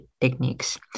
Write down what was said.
techniques